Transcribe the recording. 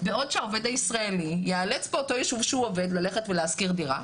בעוד שהעובד הישראלי יאלץ ללכת ולהשכיר דירה